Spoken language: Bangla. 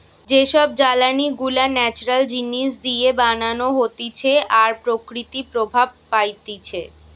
যে সব জ্বালানি গুলা ন্যাচারাল জিনিস দিয়ে বানানো হতিছে আর প্রকৃতি প্রভাব পাইতিছে